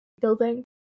building